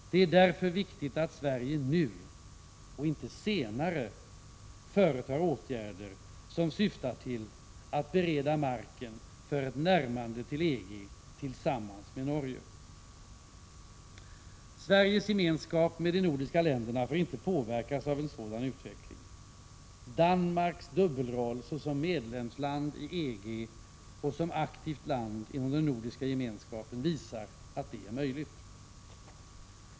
Det är därför viktigt att Sverige nu och inte senare företar åtgärder som syftar till att bereda marken för ett närmande till EG tillsammans med Norge. Sveriges gemenskap med de nordiska länderna får inte påverkas av en sådan utveckling. Danmarks dubbelroll såsom medlemsland i EG och aktivt land inom den nordiska gemenskapen visar att det är möjligt.